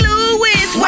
Louis